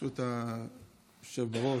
היושב-ראש,